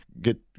get